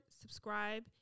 subscribe